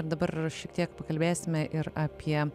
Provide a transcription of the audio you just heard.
dabar rašyti tiek pakalbėsime ir apie